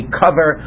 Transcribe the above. cover